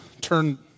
turn